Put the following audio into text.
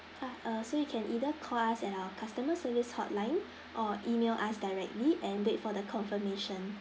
ah uh so you can either call us at our customer service hotline or email us directly and wait for the confirmation